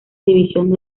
división